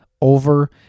over